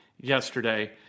yesterday